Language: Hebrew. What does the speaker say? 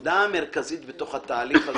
היום לומדה נותנת למי שמפקח על זה